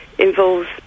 Involves